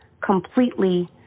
completely